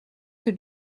que